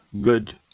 good